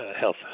health